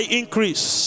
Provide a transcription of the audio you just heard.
increase